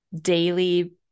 daily